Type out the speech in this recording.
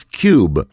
cube